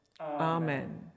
Amen